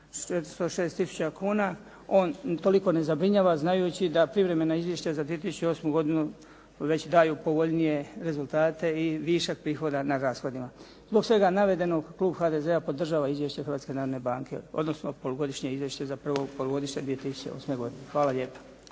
406 tisuća kuna. On toliko ne zabrinjava znajući da privremena izvješća za 2008. godinu već daje povoljnije rezultate i višak prihoda nad rashodima. Zbog svega navedenog, klub HDZ-a podržava izvješće Hrvatske narodne banke, odnosno polugodišnje Izvješće za prvo polugodište 2008. godine. Hvala lijepa.